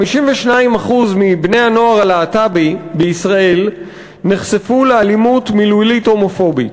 52% מבני-הנוער הלהט"בי בישראל נחשפו לאלימות מילולית הומופובית,